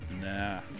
Nah